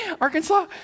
Arkansas